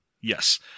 Yes